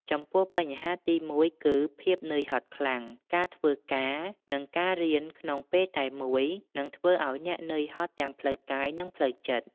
ចំពោះបញ្ហាទីមួយគឺ ភាពនឿយហត់ខ្លាំង ការធ្វើការ និងការរៀនក្នុងពេលតែមួយ នឹងធ្វើឱ្យអ្នកនឿយហត់ទាំងផ្លូវកាយ និងផ្លូវចិត្ត។